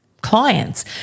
clients